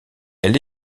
elle